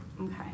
Okay